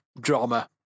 drama